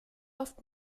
oft